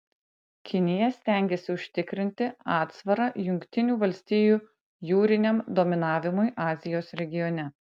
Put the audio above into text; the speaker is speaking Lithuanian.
kinija stengiasi užtikrinti atsvarą jungtinių valstijų jūriniam dominavimui azijos regione